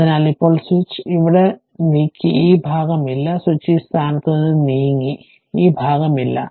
അതിനാൽ ഇപ്പോൾ സ്വിച്ച് ഇവിടെ നീക്കി ഈ ഭാഗം ഇല്ല സ്വിച്ച് ഈ സ്ഥാനത്ത് നിന്ന് നീങ്ങി അതിനാൽ ഈ ഭാഗം ഇല്ല